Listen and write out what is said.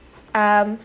um